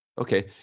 Okay